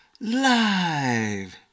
live